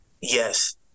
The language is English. Yes